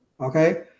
Okay